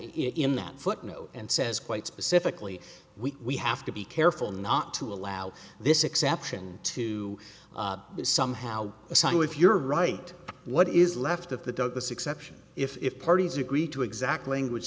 in that footnote and says quite specifically we have to be careful not to allow this exception to is somehow a sign if you're right what is left of the douglas exception if parties agree to exact language